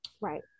Right